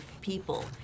people